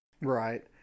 Right